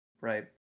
right